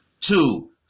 two